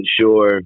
sure